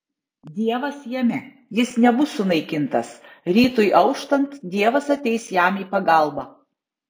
dievas jame jis nebus sunaikintas rytui auštant dievas ateis jam į pagalbą